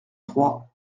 trois